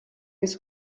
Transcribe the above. his